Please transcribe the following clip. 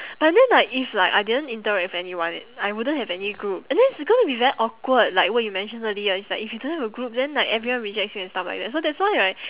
but then like if like I didn't interact with anyone I wouldn't have any group and then it's going to be very awkward like what you mention earli~ it's like if you don't have a group then like everyone rejects you and stuff like that so that's why right